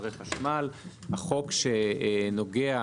החוק שנוגע